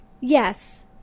yes